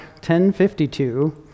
10.52